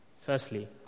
Firstly